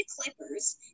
Clippers